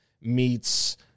meets